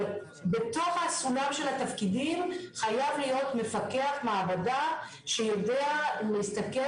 אבל בתוך הסולם של התפקידים חייב להיות מפקח מעבדה שיודע להסתכל